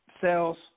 sales